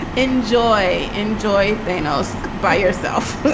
enjoy. enjoy. benos by yourself